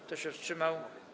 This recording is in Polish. Kto się wstrzymał?